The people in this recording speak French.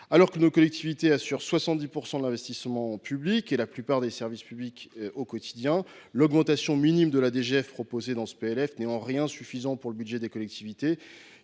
Alors que nos collectivités assurent 70 % de l’investissement public et la plupart des services publics du quotidien, l’augmentation minime de la DGF proposée dans ce PLF n’est en rien suffisante pour le budget des collectivités,